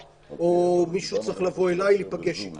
או מישהו צריך לבוא אלי להיפגש איתי.